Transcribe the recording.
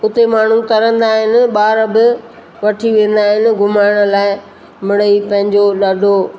हुते माण्हू तरंदा आहिनि ॿार बि वठी वेंदा आहिनि घुमाइण लाइ मिणेई पंहिंजो ॾाढो